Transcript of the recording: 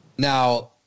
Now